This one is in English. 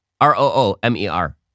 R-O-O-M-E-R